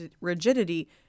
rigidity